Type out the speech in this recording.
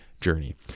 journey